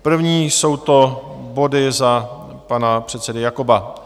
První jsou to body za pana předsedy Jakoba.